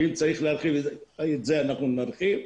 ואם צריך להרחיב את זה, אנחנו נרחיב.